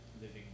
living